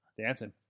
dancing